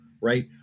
right